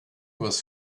was